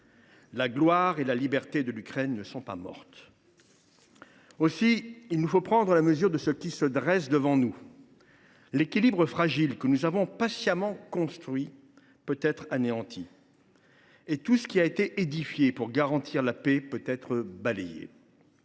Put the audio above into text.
La gloire et la liberté de l’Ukraine ne sont pas mortes. » Il nous faut prendre la mesure de ce qui se dresse devant nous. L’équilibre fragile que nous avons patiemment construit peut être anéanti, et tout ce qui a été édifié pour garantir la paix peut être balayé,